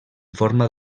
forma